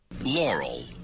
Laurel